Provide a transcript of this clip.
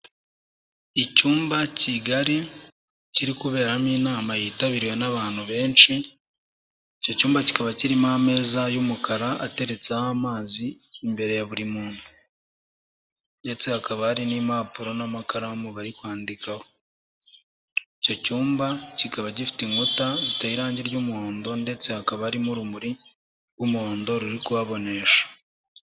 Icyumba kigari, kiri kuberamo inama yitabiriwe n'abantu benshi, icyo cyumba kikaba kirimo ameza y'umukara ateretseho amazi imbere ya buri muntu ndetse hakaba hari n'impapuro n'amakaramu bari kwandikaho. Icyo cyumba kikaba gifite inkuta ziteye irangi ry'umuhondo ndetse hakaba harimo urumuri rw'umuhondo ruri kuhabonesha.